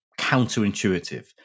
counterintuitive